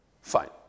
Fine